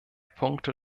punkte